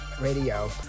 radio